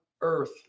earth